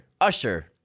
Usher